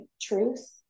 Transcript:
truth